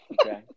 okay